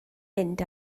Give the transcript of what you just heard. mynd